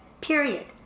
Period